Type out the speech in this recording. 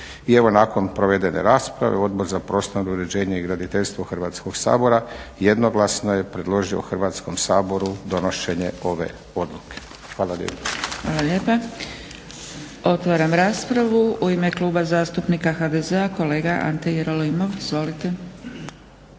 I evo nakon provedene rasprave Odbor za prostorno uređenje i graditeljstvo Hrvatskog sabora jednoglasno je predložio Hrvatskom saboru donošenje ove odluke. Hvala lijepa. **Zgrebec, Dragica (SDP)** Hvala lijepa. Otvaram raspravu. U ime Kluba zastupnika HDZ-a kolega Ante Jerolimov.